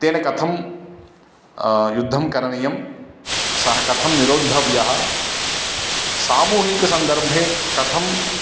तेन कथं युद्धं करणीयं सः कथं निरोद्धव्यः सामूहिकसन्दर्भे कथं